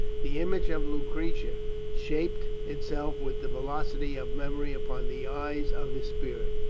the image of lucretia shaped itself with the velocity of memory upon the eyes of his spirit.